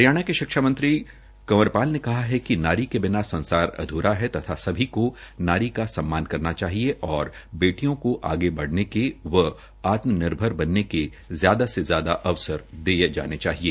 हरियाणा के शिक्षा मंत्री कंवरपाल ने कहा है कि नारी के बिना संसार अध्रा है तथा सभी को नारी का सम्मान करना चाहिए और बेटियों को आगे बढऩे के व आत्मनिर्भर बनने के ज्यादा से ज्यादा अवसर दिए जाने चाहिए